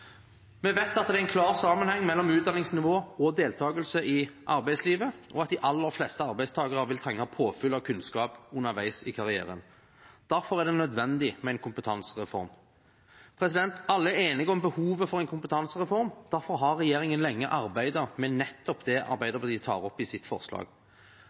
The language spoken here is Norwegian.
Vi vet at det er en klar sammenheng mellom utdanningsnivå og deltakelse i arbeidslivet, og at de aller fleste arbeidstakere vil trenge påfyll av kunnskap underveis i karrieren. Derfor er det nødvendig med en kompetansereform. Alle er enige om behovet for en kompetansereform, og derfor har regjeringen lenge arbeidet med nettopp det Arbeiderpartiet tar opp i sitt forslag.